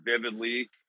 vividly